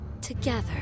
together